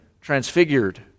transfigured